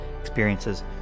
experiences